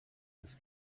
dels